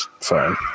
fine